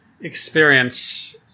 experience